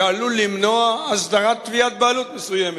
שעלול למנוע הסדרת תביעת בעלות מסוימת.